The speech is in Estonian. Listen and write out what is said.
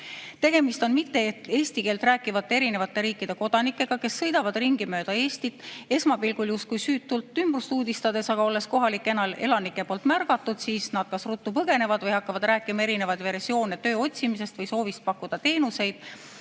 Tegemist on eesti keelt mitterääkivate eri riikide kodanikega, kes sõidavad ringi mööda Eestit, esmapilgul justkui süütult ümbrust uudistades, aga olles kohalike elanike poolt märgatud, nad kas ruttu põgenevad või hakkavad rääkima eri versioone töö otsimisest või soovist pakkuda teenuseid,